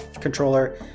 controller